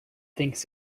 thinks